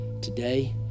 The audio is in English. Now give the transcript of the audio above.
Today